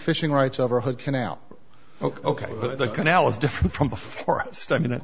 fishing rights over a hood canal ok the canal is different from before starting it